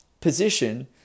position